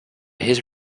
his